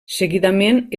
seguidament